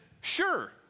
Sure